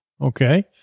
Okay